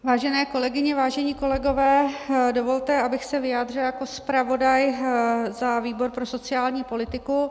Vážené kolegyně, vážení kolegové, dovolte, abych se vyjádřila jako zpravodaj za výbor pro sociální politiku.